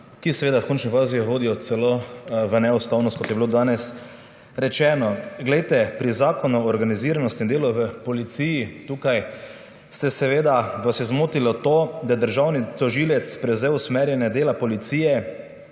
ki seveda v končni fazi vodijo celo v neustavnost, kot je bilo danes rečeno. Glejte, pri Zakonu o organiziranosti in delu policije vas je zmotilo to, da je državni tožilec prevzel usmerjanje dela policije